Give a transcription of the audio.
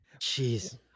Jeez